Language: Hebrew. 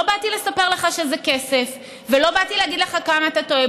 לא באתי לספר לך שזה כסף ולא באתי להגיד לך כמה אתה טועה,